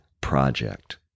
project